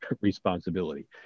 responsibility